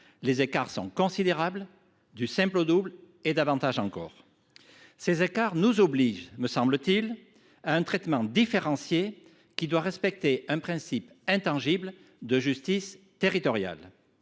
les écarts sont considérables : ils varient du simple au double, voire davantage. Ces écarts nous obligent, me semble t il, à un traitement différencié devant respecter un principe intangible de justice territoriale